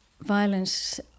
Violence